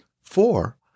Four